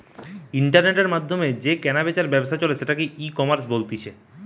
ইন্টারনেটের মাধ্যমে যে কেনা বেচার ব্যবসা চলে সেটাকে ইকমার্স বলতিছে